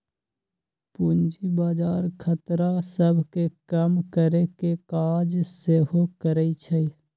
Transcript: पूजी बजार खतरा सभ के कम करेकेँ काज सेहो करइ छइ